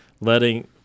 letting